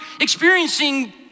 experiencing